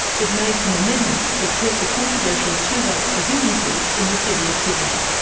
it made some amendments, but kept the controversial two votes for businesses in the city of sydney.